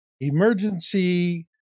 emergency